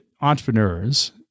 entrepreneurs